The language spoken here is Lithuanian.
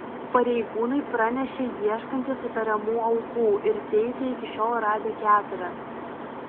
pareigūnai pranešė ieškantys įtariamų aukų ir teigė iki šiol radę keturias